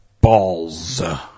Balls